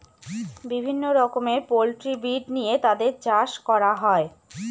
বিভিন্ন রকমের poultry breed নিয়ে তাদের চাষ করা হয়